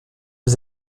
les